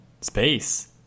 space